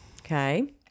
Okay